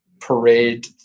parade